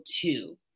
two